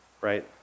Right